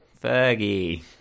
Fergie